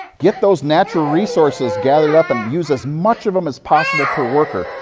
get those natural resources gathered up and use as much of them as possible per worker.